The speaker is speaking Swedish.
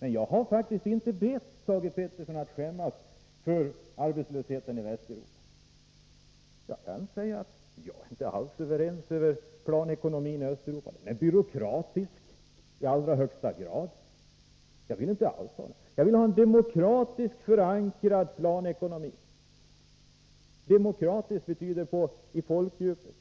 Men jag har faktiskt inte bett Thage Peterson att skämmas för arbetslösheten i Västeuropa. Jag är inte alls överens med företrädarna för planekonomin i Östeuropa. Den planekonomin är i allra högsta grad byråkratisk. Jag vill ha en demokratiskt förankrad planekonomi. Demokrati betyder i folkdjupet